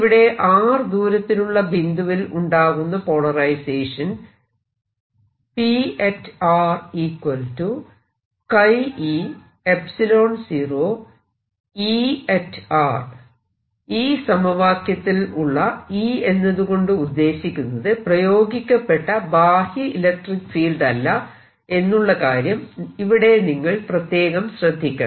ഇവിടെ r ദൂരത്തിലുള്ള ബിന്ദുവിൽ ഉണ്ടാകുന്ന പോളറൈസേഷൻ ഈ സമവാക്യത്തിൽ ഉള്ള E എന്നതുകൊണ്ട് ഉദ്ദേശിക്കുന്നത് പ്രയോഗിക്കപ്പെട്ട ബാഹ്യ ഇലക്ട്രിക്ക് ഫീൽഡ് അല്ല എന്നുള്ള കാര്യം ഇവിടെ നിങ്ങൾ പ്രത്യേകം ശ്രദ്ധിക്കണം